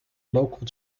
local